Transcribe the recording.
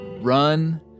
run